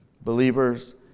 believers